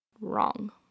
Wrong